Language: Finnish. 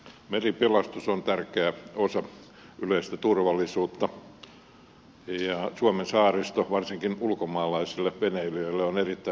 meripelastus on tärkeä osa yleistä turvallisuutta ja suomen saaristo on varsinkin ulkomaalaisille veneilijöille erittäin haasteellinen